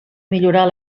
millorar